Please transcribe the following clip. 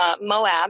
Moab